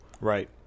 Right